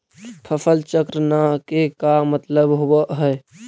फसल चक्र न के का मतलब होब है?